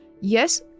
Yes